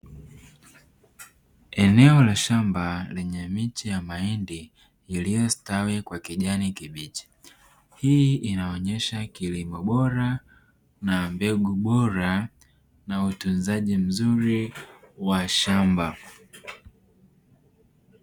Eneo la shamba lenye miche ya mahindi iliyostawi kwa kijani kibichi. Hii inaonyesha kilimo bora na mbegu bora na utunzaji mzuri wa shamba.